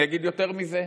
אני אגיד יותר מזה: